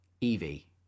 Evie